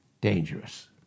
Dangerous